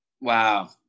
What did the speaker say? Wow